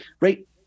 right